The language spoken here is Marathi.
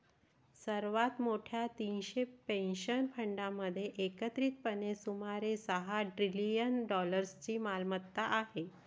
सर्वात मोठ्या तीनशे पेन्शन फंडांमध्ये एकत्रितपणे सुमारे सहा ट्रिलियन डॉलर्सची मालमत्ता आहे